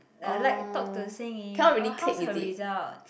uh like talk to Xin-Yi oh how's her results